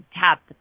tap